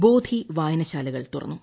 ബോധി വായനശാലകൾ തുറന്നു